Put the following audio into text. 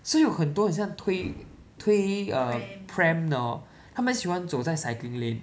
so 有很多很像推推 err pram 的 hor 他们喜欢走在 cycling lane